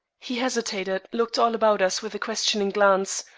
he hesitated, looked all about us with a questioning glance,